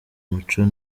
muco